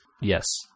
Yes